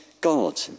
God